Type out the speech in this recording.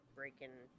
breaking